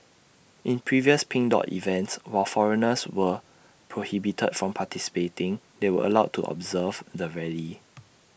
in previous pink dot events while foreigners were prohibited from participating they were allowed to observe the rally